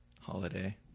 Holiday